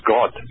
God